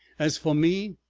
as for me,